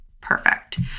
perfect